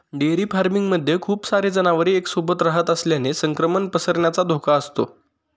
dairy farming मध्ये खूप सारे जनावर एक सोबत रहात असल्याने संक्रमण पसरण्याचा धोका असतो